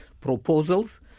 proposals